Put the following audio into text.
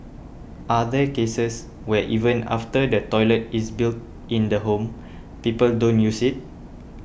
are there cases where even after the toilet is built in the home people don't use it